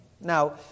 Now